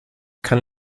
kann